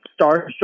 starstruck